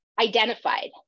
identified